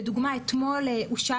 לדוגמה, אתמול אושר